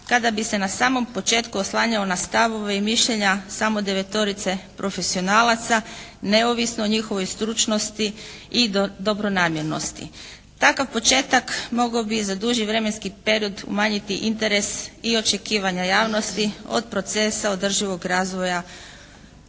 kada bi se na samom početku oslanjao na stavove i mišljenja samo devetorice profesionalaca, neovisno o njihovoj stručnosti i dobronamjernosti. Takav početak mogao bi za duži vremenski period umanjiti interes i očekivanja javnosti od procesa održivog razvoja